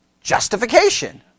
Justification